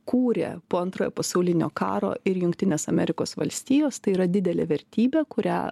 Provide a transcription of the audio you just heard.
kūrė po antrojo pasaulinio karo ir jungtinės amerikos valstijos tai yra didelė vertybė kurią